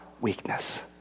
weakness